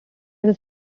was